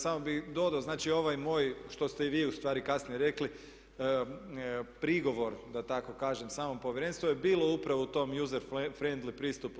Samo bih dodao znači ovaj moj, što ste i vi ustvari kasnije rekli, prigovor da tako kažem samom povjerenstvu je bilo upravo u tom user friendly pristupu.